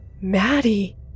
Maddie